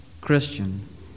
Christian